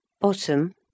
Bottom